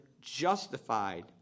justified